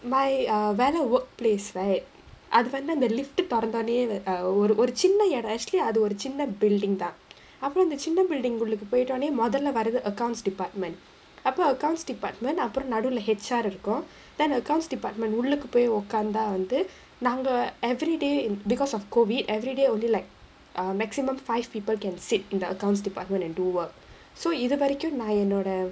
my uh வேல:vaela workplace right அது வந்து அந்த:adhu vandhu andha lift தொறந்தோன ஒரு ஒரு சின்ன இட:thoranthona oru oru chinna ida actually அது ஒரு சின்ன:adhu oru chinna building அப்றம் அந்த சின்ன:apram andha chinna building உள்ளுக்கு போய்ட்டோன முதல்ல வரது:ullukku poittona mudhalla varathu accounts department அப்ப:appa accounts department அப்பறம் நடுல:apparam nadula H_R இருக்கும்:irukkum then accounts department உள்ளுக்கு போய் உக்காந்தா வந்து நாங்க:ullukku poi ukkaandhaa vandhu naanga every day because of COVID everyday only like uh maximum five people can sit in the accounts department and do work so இது வரைக்கு நா என்னோட:ithu varaikku naa ennoda